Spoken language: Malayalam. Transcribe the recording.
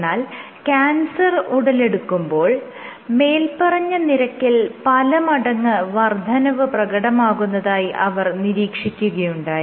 എന്നാൽ ക്യാൻസർ ഉടലെടുക്കുമ്പോൾ മേല്പറഞ്ഞ നിരക്കിൽ പലമടങ്ങ് വർദ്ധനവ് പ്രകടമാകുന്നതായി അവർ നിരീക്ഷിക്കുകയുണ്ടായി